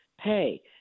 pay